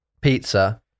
pizza